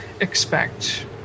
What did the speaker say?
expect